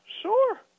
sure